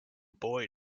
boy